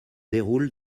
déroule